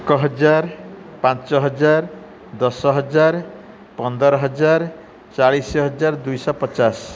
ଏକ ହଜାର ପାଞ୍ଚ ହଜାର ଦଶ ହଜାର ପନ୍ଦର ହଜାର ଚାଳିଶି ହଜାର ଦୁଇଶହ ପଚାଶ